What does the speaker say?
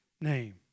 name